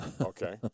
Okay